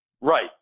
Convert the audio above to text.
Right